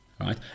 right